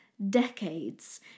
Decades